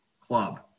club